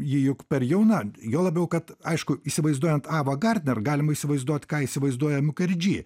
ji juk per jauna juo labiau kad aišku įsivaizduojant ava gardner galim įsivaizduot ką įsivaizduoja mukerdži